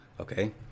Okay